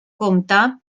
comte